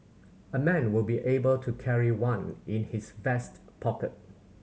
a man will be able to carry one in his vest pocket